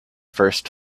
first